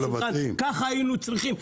ככה היינו צריכים.